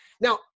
Now